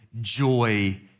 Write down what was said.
joy